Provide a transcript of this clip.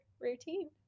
routine